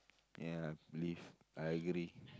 ya I believe I agree